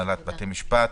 הנהלת בתי המשפט,